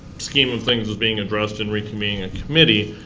scheme of things is being addressed and reconvened in committee.